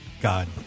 God